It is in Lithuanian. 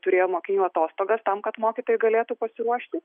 turėjo mokinių atostogas tam kad mokytojai galėtų pasiruošti